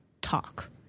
talk